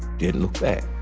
didn't look back.